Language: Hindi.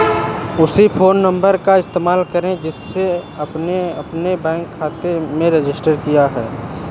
उसी फ़ोन नंबर का इस्तेमाल करें जिसे आपने अपने बैंक खाते में रजिस्टर किया है